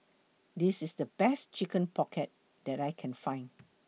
This IS The Best Chicken Pocket that I Can Find